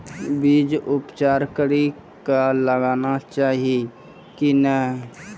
बीज उपचार कड़ी कऽ लगाना चाहिए कि नैय?